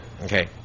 Okay